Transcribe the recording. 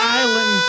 island